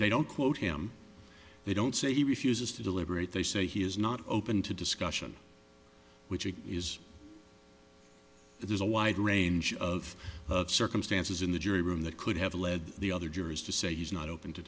they don't quote him they don't say he refuses to deliberate they say he is not open to discussion which it is there's a wide range of circumstances in the jury room that could have led the other jurors to say he's not open to